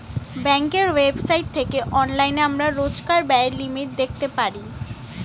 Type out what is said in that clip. ব্যাঙ্কের ওয়েবসাইট থেকে অনলাইনে আমরা রোজকার ব্যায়ের লিমিট দেখতে পারি